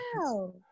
wow